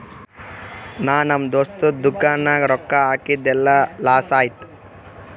ನಾ ನಮ್ ದೋಸ್ತದು ದುಕಾನ್ ನಾಗ್ ರೊಕ್ಕಾ ಹಾಕಿದ್ ಎಲ್ಲಾ ಲಾಸ್ ಆಯ್ತು